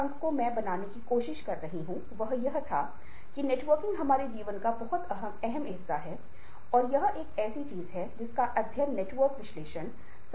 अगर मैं व्यक्ति को नापसंद करता हूं तो रिवर्स धारणा आएगी जो खराब सोच है उसके पास निर्णय लेने की क्षमता कम है